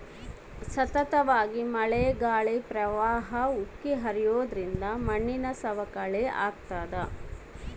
ಸತತವಾಗಿ ಮಳೆ ಗಾಳಿ ಪ್ರವಾಹ ಉಕ್ಕಿ ಹರಿಯೋದ್ರಿಂದ ಮಣ್ಣಿನ ಸವಕಳಿ ಆಗ್ತಾದ